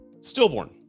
stillborn